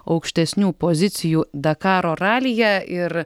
aukštesnių pozicijų dakaro ralyje ir